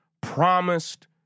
promised